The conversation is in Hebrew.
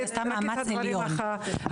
הזכרנו את הדברים החשובים,